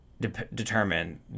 determine